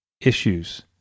issues